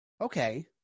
Okay